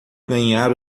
ganhar